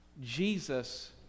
Jesus